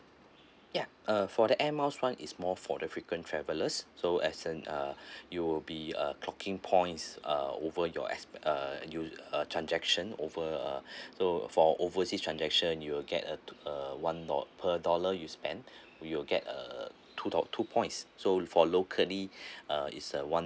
ya uh for the airmiles one is more for the frequent travellers so as in uh you will be uh clocking points uh over your exp~ uh you'd uh transaction over uh so for oversea transaction you'll get a to~ a one dollar per dollar you spent you'll get uh two points so for locally uh is a one